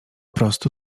prostu